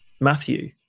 Matthew